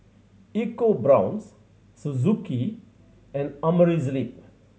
EcoBrown's Suzuki and Amerisleep